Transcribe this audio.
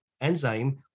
enzyme